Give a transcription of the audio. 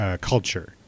culture